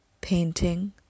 painting